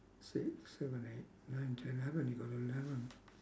six seven eight nine ten eleven you got eleven